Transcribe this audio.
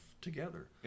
together